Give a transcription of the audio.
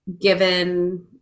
given